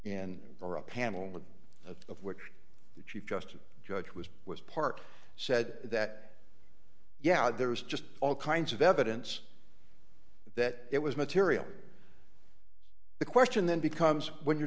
in or a panel of of which the chief justice judge was was part said that yeah there is just all kinds of evidence that it was material the question then becomes when you're